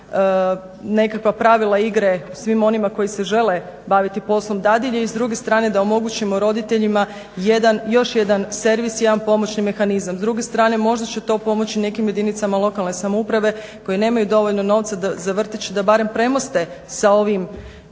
nekakva pravila igre svim onima koji se žele baviti poslom dadilje i s druge strane da omogućimo roditeljima još jedan servis, jedan pomoćni mehanizam. S druge strane možda će to pomoći nekim jedinicama lokalne samouprave koje nemaju dovoljno novca za vrtić, da barem premoste sa ovim